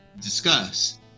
discuss